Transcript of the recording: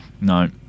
No